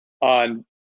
on